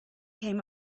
came